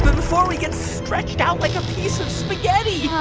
before we get stretched out like a piece of spaghetti yeah